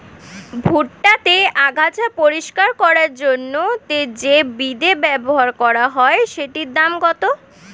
ভুট্টা তে আগাছা পরিষ্কার করার জন্য তে যে বিদে ব্যবহার করা হয় সেটির দাম কত?